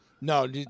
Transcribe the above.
No